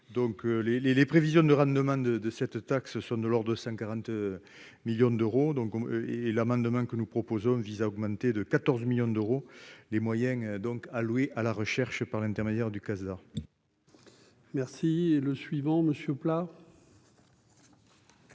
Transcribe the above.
les, les prévisions de rendement de de cette taxe sont de lors de 140 millions d'euros, donc on est l'amendement que nous proposons vise à augmenter de 14 millions d'euros les moyens donc alloués à la recherche, par l'intermédiaire du Casa. Merci et le suivant Monsieur